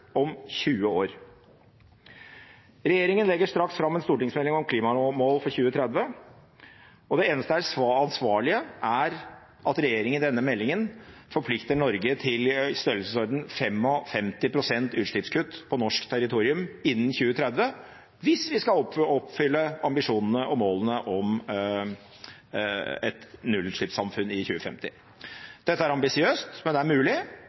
om 20 år. Regjeringen legger straks fram en stortingsmelding om klimamål for 2030, og det eneste ansvarlige er at regjeringen i denne meldingen forplikter Norge til i størrelsesordenen 55 pst. utslippskutt på norsk territorium innen 2030 hvis vi skal oppfylle ambisjonene og målene om et nullutslippssamfunn i 2050. Dette er ambisiøst, men det er mulig.